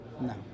No